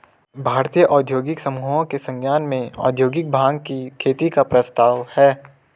भारतीय औद्योगिक समूहों के संज्ञान में औद्योगिक भाँग की खेती का प्रस्ताव है